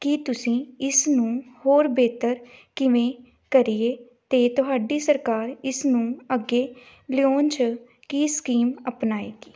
ਕਿ ਤੁਸੀਂ ਇਸ ਨੂੰ ਹੋਰ ਬਿਹਤਰ ਕਿਵੇਂ ਕਰੀਏ ਅਤੇ ਤੁਹਾਡੀ ਸਰਕਾਰ ਇਸਨੂੰ ਅੱਗੇ ਲਿਆਉਣ 'ਚ ਕੀ ਸਕੀਮ ਅਪਣਾਏਗੀ